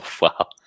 wow